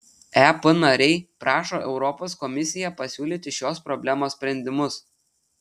ep nariai prašo europos komisiją pasiūlyti šios problemos sprendimus